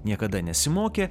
niekada nesimokė